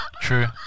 True